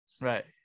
right